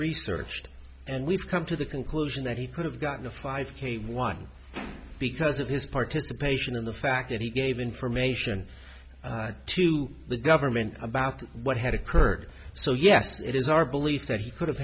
researched and we've come to the conclusion that he could have gotten a five k one because of his participation and the fact that he gave information to the government about what had occurred so yes it is our belief that he could have